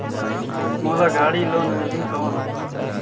मोला गाड़ी लोन मिलही कौन?